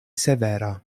severa